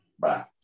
Bye